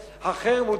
החרם.